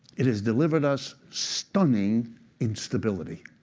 it has delivered us stunning instability.